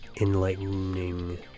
enlightening